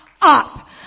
up